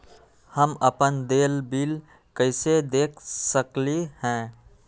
हम अपन देल बिल कैसे देख सकली ह?